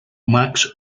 max